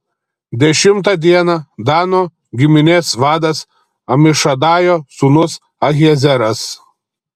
dešimtą dieną dano giminės vadas amišadajo sūnus ahiezeras